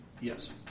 Yes